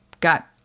got